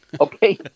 Okay